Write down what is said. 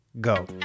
go